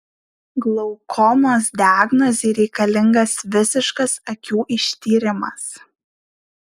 glaukomos diagnozei reikalingas visiškas akių ištyrimas